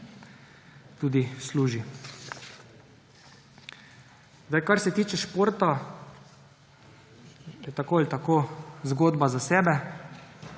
tudi služi. Kar se tiče športa, je tako ali tako zgodba za sebe.